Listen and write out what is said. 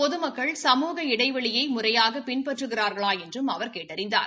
பொதுமக்கள் சமூய இடைவெளியை முறையாக பின்பற்றுகிறா்களா என்றும் அவர் கேட்டறிந்தார்